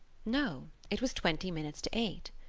no, it was twenty minutes to eight.